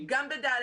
גם בכיתה ד',